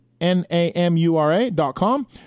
N-A-M-U-R-A.com